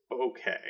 okay